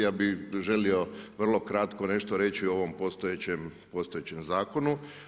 Ja bih želio vrlo kratko nešto reći o ovom postojećem zakonu.